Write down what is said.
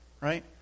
Right